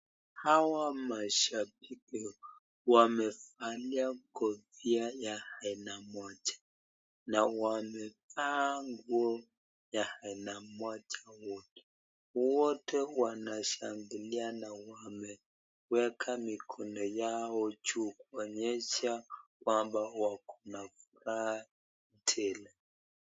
Hawa mashabiki wamefalia kofia ya aina moja na wamevaa nguo ya aina moja wote, wote wanashangilia na wamewekaa mikono yao juu kuonyesha kwamba wakona furaha tele.